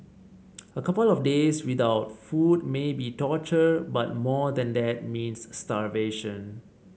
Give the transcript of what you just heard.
a couple of days without food may be torture but more than that means starvation